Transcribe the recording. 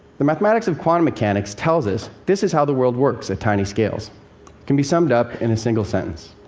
the mathematics of quantum mechanics tells us this is how the world works at tiny scales. it can be summed up in a single sentence